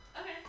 Okay